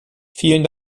vielen